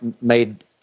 made